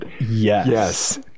Yes